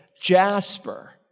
jasper